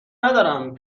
ندارم